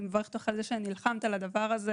אני מברכת אותך על כך שנלחמת על הדבר הזה